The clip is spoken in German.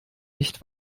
nicht